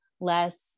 less